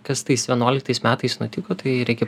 kas tais vienuoliktais metais nutiko tai reikia